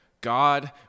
God